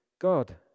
God